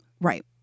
Right